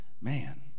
Man